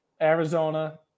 Arizona